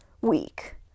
week